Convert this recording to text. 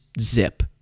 zip